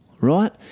right